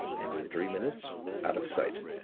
and in three minutes out of sight.